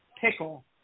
pickle